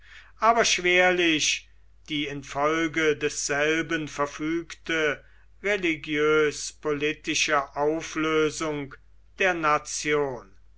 aber schwerlich die infolge desselben verfügte religiös politische auflösung der nation